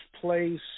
place